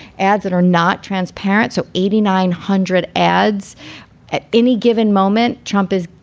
ads that are not transparent. so eighty nine hundred ads at any given moment. trump is,